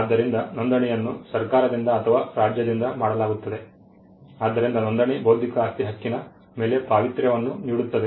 ಆದ್ದರಿಂದ ನೋಂದಣಿಯನ್ನು ಸರ್ಕಾರದಿಂದ ಅಥವಾ ರಾಜ್ಯದಿಂದ ಮಾಡಲಾಗುತ್ತದೆ ಆದ್ದರಿಂದ ನೋಂದಣಿ ಬೌದ್ಧಿಕ ಆಸ್ತಿ ಹಕ್ಕಿನ ಮೇಲೆ ಪಾವಿತ್ರ್ಯವನ್ನು ನೀಡುತ್ತದೆ